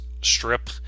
strip